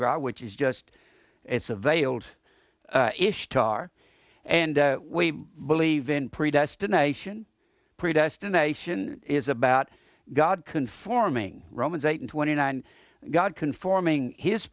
gras which is just it's a veiled ishtar and we believe in predestination predestination is about god conforming romans eight twenty nine god conforming his